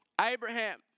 Abraham